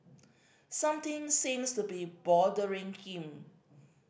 something seems to be bothering him